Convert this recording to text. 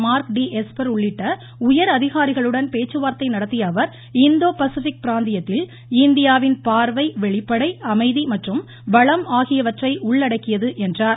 mark T Esper உள்ளிட்ட உயர் அதிகாரிகளுடன் பேச்சுவார்த்தை நடத்திய அவர் இந்தோ பசிபிக் பிராந்தியத்தில் இந்தியாவின் பார்வை வெளிப்படை அமைதி மற்றும் வளம் உள்ளடக்கியது என்றார்